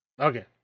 Okay